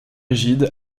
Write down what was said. gide